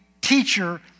teacher